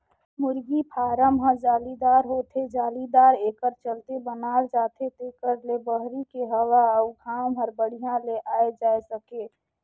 मुरगी फारम ह जालीदार होथे, जालीदार एकर चलते बनाल जाथे जेकर ले बहरी के हवा अउ घाम हर बड़िहा ले आये जाए सके